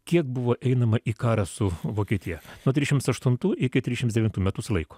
kiek buvo einama į karą su vokietija nuo trisdešimt aštuntų iki trisdešimt devintų metus laiko